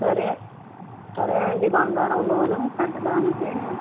సరే సరే అండి బంగారం లోన్ పెట్టడానికి